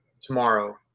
tomorrow